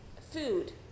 food